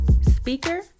speaker